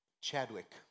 Chadwick